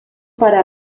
para